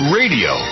radio